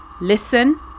listen